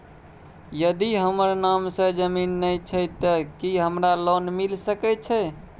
यदि हमर नाम से ज़मीन नय छै ते की हमरा लोन मिल सके छै?